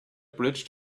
bridge